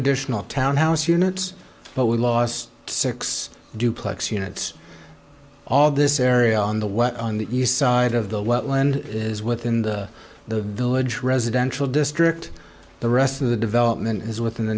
additional townhouse units but we lost six duplex units all this area on the what on the east side of the wetland is within the village residential district the rest of the development is within the